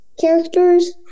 characters